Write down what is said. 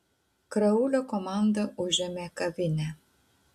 kraulio komanda užėmė kavinę